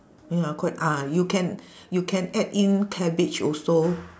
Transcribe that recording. ya quite ah you can you can add in cabbage also